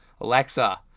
Alexa